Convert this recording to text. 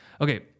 Okay